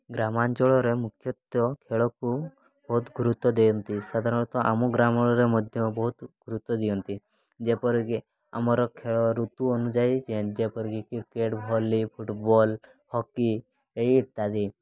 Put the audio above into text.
ଗ୍ରାମାଞ୍ଚଳରେ ମୁଖ୍ୟତଃ ଖେଳକୁ ବହୁତ ଗୁରୁତ୍ୱ ଦିଅନ୍ତି ସାଧାରଣତଃ ଆମ ଗ୍ରାମରେ ମଧ୍ୟ ବହୁତ ଗୁରୁତ୍ୱ ଦିଅନ୍ତି ଯେପରିକି ଆମର ଖେଳ ଋତୁ ଅନୁଯାୟୀ ଯେପରିକି କ୍ରିକେଟ୍ ଭଲି ଫୁଟ୍ବଲ୍ ହକି ଇତ୍ୟାଦି